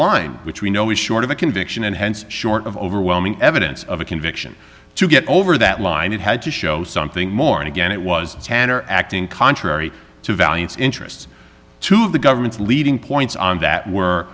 line which we know is short of a conviction and hence short of overwhelming evidence of a conviction to get over that line it had to show something more and again it was tanner acting contrary to valiance interests to have the government's leading points on that were